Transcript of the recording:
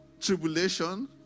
tribulation